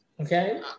okay